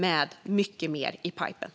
Det finns även mycket mer som är på gång.